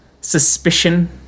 suspicion